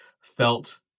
felt